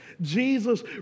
Jesus